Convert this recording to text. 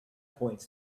points